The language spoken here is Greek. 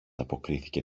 αποκρίθηκε